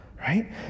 right